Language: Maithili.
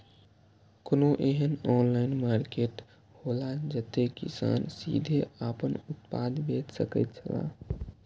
कोनो एहन ऑनलाइन मार्केट हौला जते किसान सीधे आपन उत्पाद बेच सकेत छला?